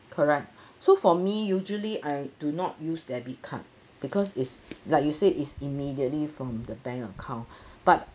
correct so for me usually I do not use debit card because it's like you said it's immediately from the bank account but